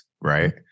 right